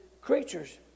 creatures